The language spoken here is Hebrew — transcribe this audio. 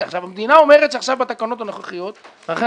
המדינה אומרת שעכשיו בתקנות הנוכחיות לכן אני